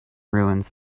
ruins